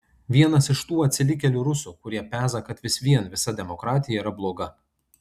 vienas iš tų atsilikėlių rusų kurie peza kad vis vien visa demokratija yra bloga